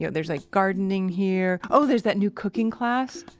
yeah there's like gardening here. oh there's that new cooking class!